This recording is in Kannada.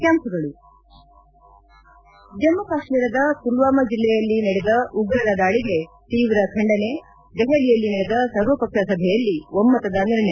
ಜಮ್ಲ ಕಾಶ್ಮೀರದ ಪುಲ್ವಾಮ ಜಿಲ್ಲೆಯಲ್ಲಿ ನಡೆದ ಉಗ್ರರ ದಾಳಿಗೆ ತೀವ್ರ ಖಂಡನೆ ದೆಹಲಿಯಲ್ಲಿ ನಡೆದ ಸರ್ವಪಕ್ಷ ಸಭೆಯಲ್ಲಿ ಒಮ್ತದ ನಿರ್ಣಯ